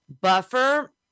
Buffer